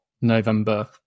November